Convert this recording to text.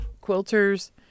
Quilter's